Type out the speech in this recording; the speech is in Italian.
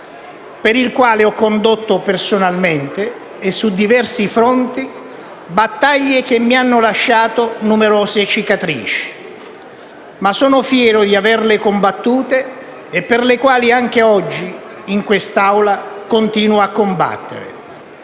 per il quale ho condotto personalmente, e su diversi fronti, battaglie che mi hanno lasciato numerose cicatrici, ma sono fiero di averle combattute e per esse anche oggi in quest'Aula continuo a combattere.